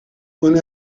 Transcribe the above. one